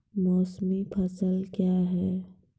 मौसमी फसल क्या हैं?